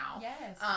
Yes